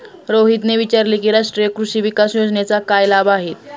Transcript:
रोहितने विचारले की राष्ट्रीय कृषी विकास योजनेचे काय लाभ आहेत?